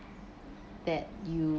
that you